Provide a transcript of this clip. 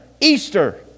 Easter